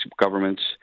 governments